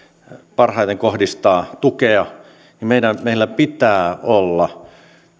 parhaiten kohdistaa tukea niin meillä pitää olla